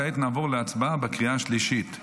כעת נעבור להצבעה בקריאה שלישית.